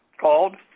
called